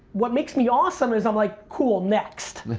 what makes me awesome is i'm like, cool, next.